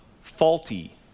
faulty